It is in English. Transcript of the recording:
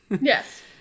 yes